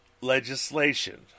legislation